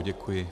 Děkuji.